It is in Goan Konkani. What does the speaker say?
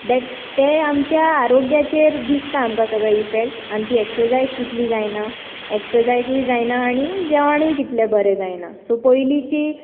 देट तें आमच्या आरोग्याचेर दिसता आमकां सगळो इफॅक्ट आमची एक्सर्साय्ज तितली जायना एक्सर्साय्जूय जायना आनी जेवणूय तितलें बरें जायना सो पयलींची